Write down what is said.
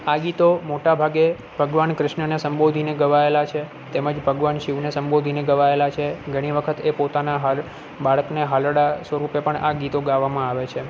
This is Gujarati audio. આ ગીતો મોટા ભાગે ભગવાન ક્રિશ્નને સંબોધીને ગવાએલા છે તેમજ ભગવાન શિવને સંબોધીને ગવાએલા છે ઘણી વખત એ પોતાના બાળકને હાલરડાં સ્વરૂપે પણ આ ગીતો ગાવામાં આવે છે